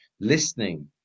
listening